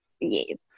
yes